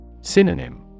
Synonym